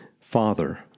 Father